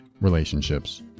relationships